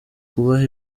kubaha